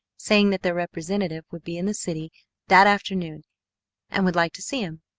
saying that their representative would be in the city that afternoon and would like to see him.